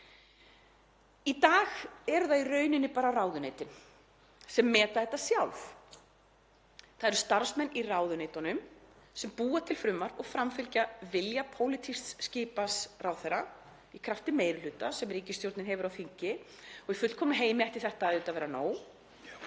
Í dag eru það í rauninni bara ráðuneytin sem meta þetta sjálf. Það eru starfsmenn í ráðuneytunum sem búa til frumvarp og framfylgja vilja pólitískt skipaðs ráðherra, í krafti meiri hluta sem ríkisstjórnin hefur á þingi. Í fullkomnum heimi ætti þetta auðvitað að vera nóg